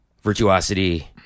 virtuosity